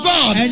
God